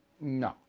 no